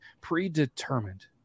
predetermined